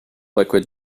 liquid